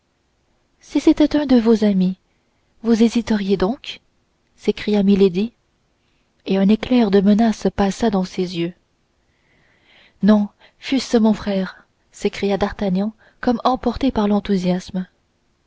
si c'était un de vos amis vous hésiteriez donc s'écria milady et un éclair de menace passa dans ses yeux non fût-ce mon frère s'écria d'artagnan comme emporté par l'enthousiasme